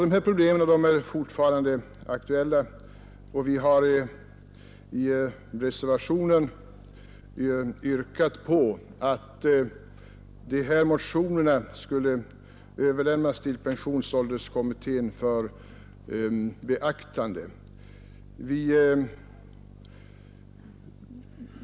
De problemen är fortfarande aktuella, och vi har i reservationen yrkat att dessa motioner skulle överlämnas till pensionsålderskommittén för beaktande.